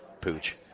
pooch